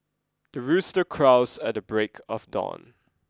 the rooster crows at the break of dawn